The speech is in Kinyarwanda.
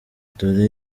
dore